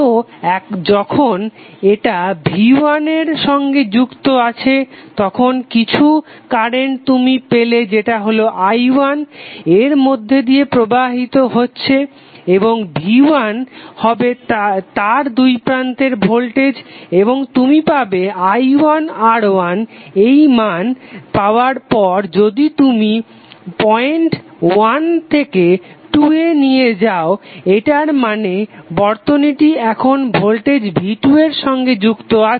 তো যখন এটা V1 এর সঙ্গে যুক্ত আছে তখন কিছু কারেন্ট তুমি পেলে যেটা হলো i1 এর মধ্যে দিয়ে প্রবাহিত হচ্ছে এবং V1 হবে তার দুইপ্রান্তের ভোল্টেজ এবং তুমি পাবে i1R এই মান পাবার পর যদি তুমি পয়েন্ট 1 থেকে পয়েন্ট 2 এ নিয়ে যাও এটার মানে বর্তনীটি এখন ভোল্টেজ V2 এর সঙ্গে যুক্ত আছে